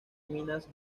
minas